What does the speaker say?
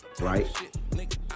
right